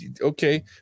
okay